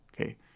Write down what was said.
Okay